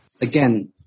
Again